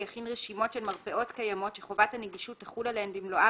יכין רשימות של מרפאות קיימות שחובת הנגישות תחול עליהן במלואה